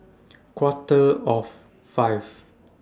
Quarter of five